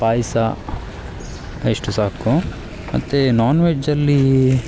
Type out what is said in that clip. ಪಾಯಸ ಇಷ್ಟು ಸಾಕು ಮತ್ತು ನಾನ್ ವೆಜ್ಜಲ್ಲಿ